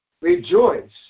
Rejoice